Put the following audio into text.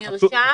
מאה אחוז, נרשם.